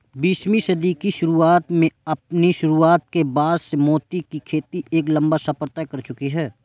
बीसवीं सदी की शुरुआत में अपनी शुरुआत के बाद से मोती की खेती एक लंबा सफर तय कर चुकी है